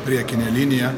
priekinę liniją